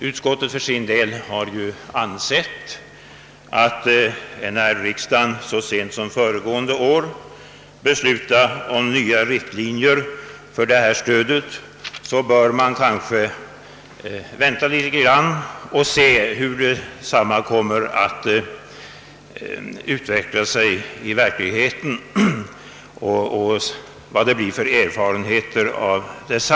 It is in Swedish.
Utskottsmajoriteten har för sin del ansett att man, då riksdagen så sent som föregående år beslutade om nya riktlinjer för detta stöd, bör vänta något och avvakta utvecklingen samt de erfarenheter den ger.